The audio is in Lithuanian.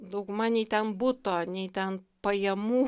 dauguma nei ten buto nei ten pajamų